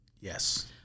Yes